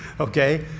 Okay